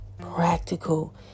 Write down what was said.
practical